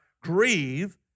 grieve